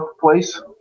place